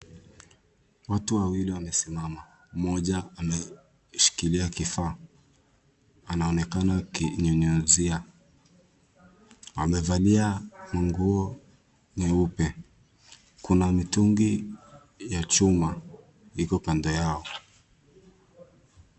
Watu wawili wamesimama mmoja ameshikilia kifaa anaonekana akinyunyizia. Amevalia manguo nyeupe, kuna mitungi ya chuma iko kando yao.